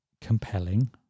compelling